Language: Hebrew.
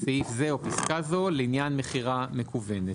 סעיף זה או פסקה זו לעניין מכירה מקוונת,